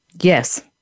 Yes